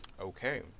Okay